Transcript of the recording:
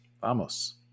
Vamos